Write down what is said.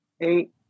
eight